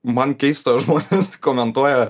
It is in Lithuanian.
man keista žmonės komentuoja